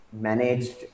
managed